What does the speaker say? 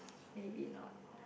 maybe not